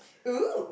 !woo!